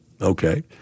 okay